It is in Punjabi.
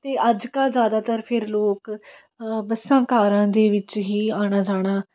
ਅਤੇ ਅੱਜ ਕੱਲ੍ਹ ਜ਼ਿਆਦਾਤਰ ਫਿਰ ਲੋਕ ਬੱਸਾਂ ਕਾਰਾਂ ਦੇ ਵਿੱਚ ਹੀ ਆਉਣਾ ਜਾਣਾ